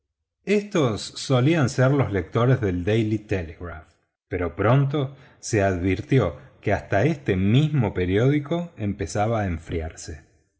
estos solían ser los lectores del daily telegraph pero pronto se advirtió que hasta este mismo periódico empezaba a enfriarse